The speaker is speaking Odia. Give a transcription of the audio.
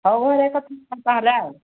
ହଉ ହଉ କଥା ହେବା ତାହେଲେ